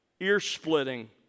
ear-splitting